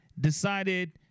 decided